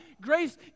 Grace